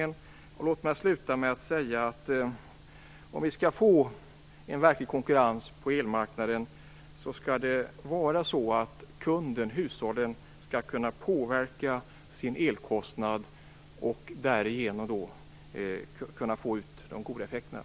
Om vi skall få en verklig konkurrens på elmarknaden måste kunden, hushållen, kunna påverka sin elkostnad och därigenom kunna få ut de goda effekterna.